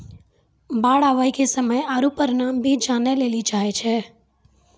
बाढ़ आवे के समय आरु परिमाण भी जाने लेली चाहेय छैय?